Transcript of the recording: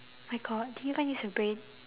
my god do you even use your brain